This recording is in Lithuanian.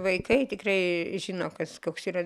vaikai tikrai žino kas koks yra